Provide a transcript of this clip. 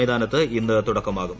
മൈതാനത്ത് ഇന്ന് തുടക്കമാകും